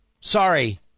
Sorry